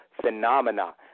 phenomena